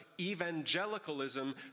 evangelicalism